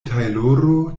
tajloro